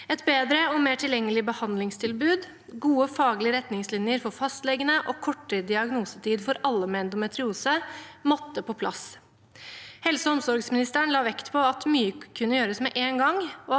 Et bedre og mer tilgjengelig behandlingstilbud, gode faglige retningslinjer for fastlegene og kortere diagnosetid for alle med endometriose måtte på plass. Helse- og omsorgsministeren la vekt på at mye kunne gjøres med én gang,